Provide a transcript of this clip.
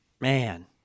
man